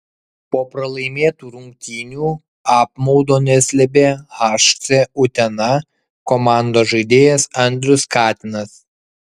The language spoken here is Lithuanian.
po pralaimėtų rungtynių apmaudo neslėpė hc utena komandos žaidėjas andrius katinas